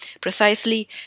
Precisely